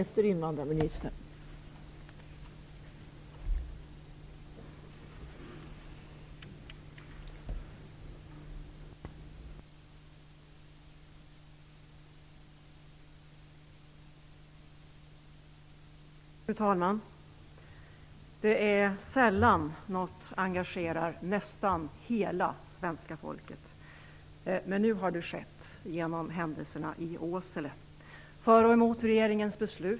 Fru talman! Det är sällan något engagerar nästan hela svenska folket, men nu har det skett genom händelserna i Åsele. För och emot regeringens beslut.